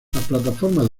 plataformas